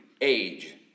age